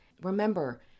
remember